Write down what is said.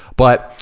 but,